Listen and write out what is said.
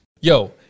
Yo